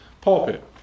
pulpit